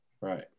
Right